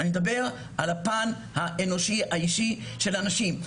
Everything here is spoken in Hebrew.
אני מדבר על הפן האנושי האישי של הנשים.